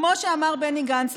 כמו שאמר בני גנץ,